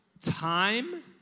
Time